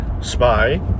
spy